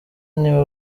niba